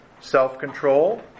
self-control